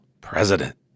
president